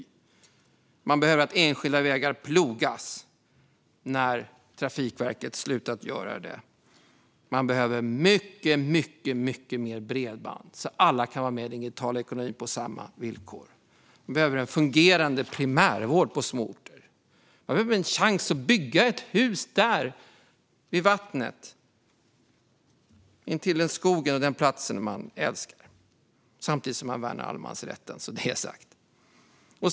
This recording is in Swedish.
Det som behövs är att enskilda vägar plogas när Trafikverket har slutat att göra det. Det behövs också mycket mer bredband, så att alla kan vara med i den digitala ekonomin på samma villkor. Det behövs en fungerande primärvård på små orter. Det behövs en chans att bygga ett hus vid vattnet intill den skog och den plats man älskar - samtidigt som allemansrätten värnas, så det är sagt.